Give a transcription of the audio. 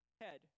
head